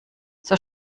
zur